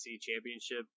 championship